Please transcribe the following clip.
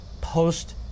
post